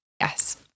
Yes